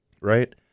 right